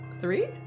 three